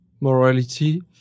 morality